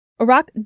Iraq